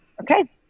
Okay